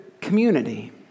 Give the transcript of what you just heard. community